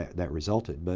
that resulted. but